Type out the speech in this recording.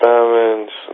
Diamonds